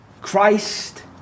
Christ